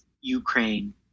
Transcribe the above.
Ukraine